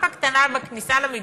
בכניסה למיגונית?